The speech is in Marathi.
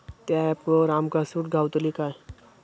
त्या ऍपवर आमका सूट गावतली काय?